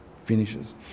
Finishes